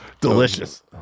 delicious